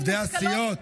עובדי הסיעות,